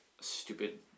stupid